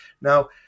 Now